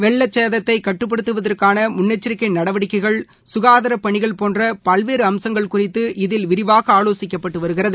வெள்ளச் சேதத்தைகட்டுப்படுத்துவதற்கானமுன்னெச்சரிக்கைநடவடிக்கைகள் சுகாதாரபணிகள் போன்றபல்வேறுஅம்சங்கள் குறித்து இதில் விரிவாகஆலோசிக்கப்பட்டுவருகிறது